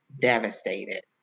devastated